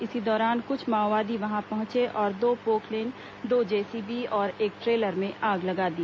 इसी दौरान कुछ माओवादी वहां पहुंचे और दो पोकलेन दो जेसीबी और एक ट्रेलर में आग लगा दी